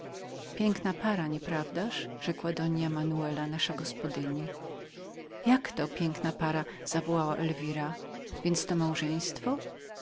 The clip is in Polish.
piękna para nieprawdaż rzekła nam dona manuela nasza gospodyni jak to piękna para zawołała elwira to więc małżeństwo